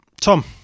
Tom